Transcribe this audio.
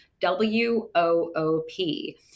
W-O-O-P